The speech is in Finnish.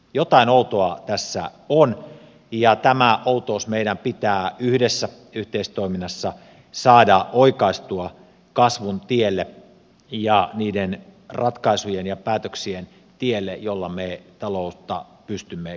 jotain outoa tässä on ja tämä outous meidän pitää yhteistoiminnassa saada oikaistua kasvun tielle ja niiden ratkaisujen ja päätöksien tielle joilla me taloutta pystymme kohentamaan